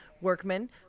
workmen